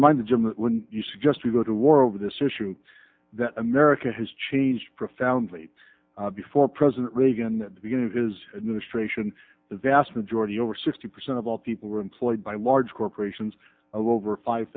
remind the gym when you suggest we go to war over this issue that america has changed profoundly before president reagan the beginning of his administration the vast majority over sixty percent of all people were employed by large corporations over five